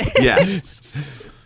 Yes